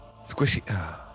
Squishy